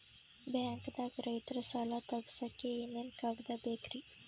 ಬ್ಯಾಂಕ್ದಾಗ ರೈತರ ಸಾಲ ತಗ್ಸಕ್ಕೆ ಏನೇನ್ ಕಾಗ್ದ ಬೇಕ್ರಿ?